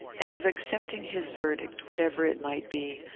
and of accepting his verdict, whatever it might be,